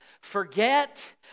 forget